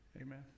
Amen